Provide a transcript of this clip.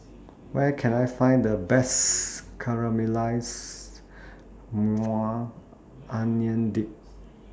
Where Can I Find The Best Caramelized Onion Dip